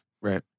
Right